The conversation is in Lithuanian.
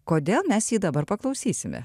kodėl mes jį dabar paklausysime